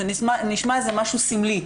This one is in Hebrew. זה נשמע משהו סמלי,